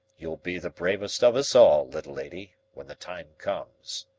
you'll be the bravest of us all, little lady, when the time comes.